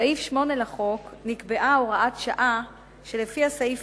בסעיף 8 לחוק נקבעה הוראת שעה שלפיה סעיף